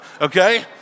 okay